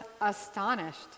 astonished